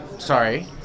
Sorry